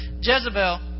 Jezebel